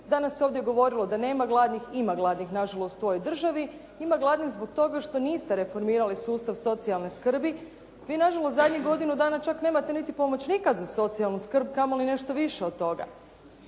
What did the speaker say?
danas se ovdje govorilo da nema gladnih. Ima gladnih na žalost u ovoj državi. Ima gladnih zbog toga što niste reformirali sustav socijalne skrbi. Vi nažalost zadnjih godinu dana čak nemate niti pomoćnika za socijalnu skrb, a kamo li nešto više od toga.